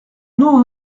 non